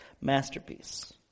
masterpiece